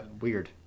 Weird